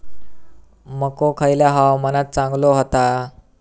मको खयल्या हवामानात चांगलो होता?